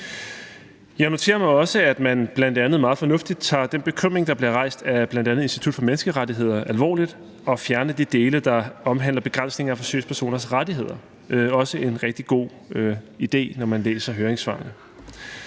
Jeg noterer mig også, at man bl.a. meget fornuftigt tager den bekymring, der bliver rejst af bl.a. Institut for Menneskerettigheder, alvorligt, om at fjerne de dele, der omhandler begrænsninger af forsøgspersoners rettigheder – også en rigtig god idé, når man læser høringssvarene.